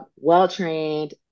well-trained